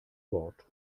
wort